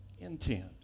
intent